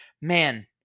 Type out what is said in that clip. man